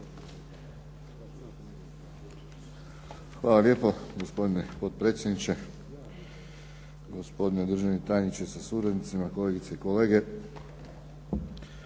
Hvala lijepo. Gospodine potpredsjedniče, gospodine državni tajniče sa suradnicima, kolegice i kolege.